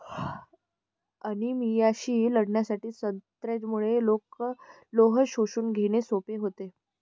अनिमियाशी लढण्यासाठी संत्र्यामुळे लोह शोषून घेणे सोपे होते